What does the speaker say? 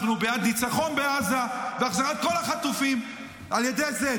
אנחנו בעד ניצחון בעזה והחזרת כל החטופים על ידי זה.